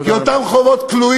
תודה רבה.